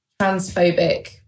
transphobic